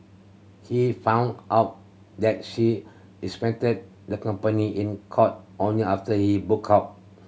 he found out that she represented the company in court only after he booked out